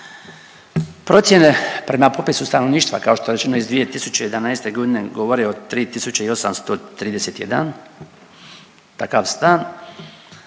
Procjene prema popisu stanovništva kao što je rečeno iz 2011. godine govore o 3831 takav stan.